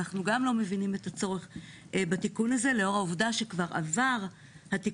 אנחנו גם לא מבינים את הצורך בתיקון הזה לאור העבודה שכבר עבר התיקון